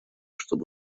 чтоб